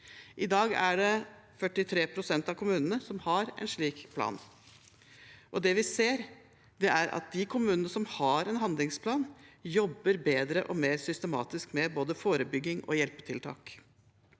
I dag er det 43 pst. av kommunene som har en slik plan. Det vi ser, er at de kommunene som har en handlingsplan, jobber bedre og mer systematisk med både forebygging og hjelpetiltak.